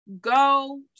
go